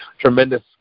tremendous